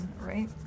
right